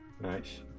nice